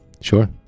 sure